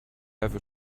have